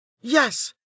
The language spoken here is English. Yes